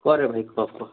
କୁହରେ ଭାଇ କୁହ କୁହ